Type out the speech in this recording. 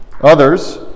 Others